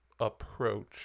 approach